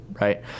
Right